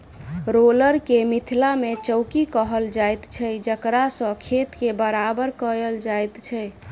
roller के मिथिला मे चौकी कहल जाइत छै जकरासँ खेत के बराबर कयल जाइत छै